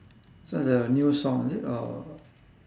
so it's a new song is it or